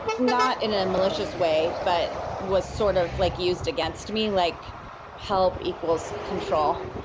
not in a malicious way, but was sort of like used against me, like help equals control.